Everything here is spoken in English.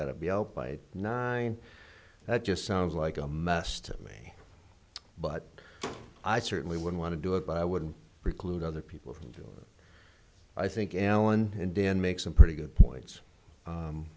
got to be out by nine that just sounds like a mess to me but i certainly would want to do it but i wouldn't preclude other people from doing it i think alan and dan makes a pretty good point